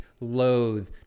loathe